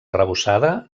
arrebossada